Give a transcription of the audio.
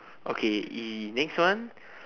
okay next one